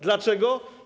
Dlaczego?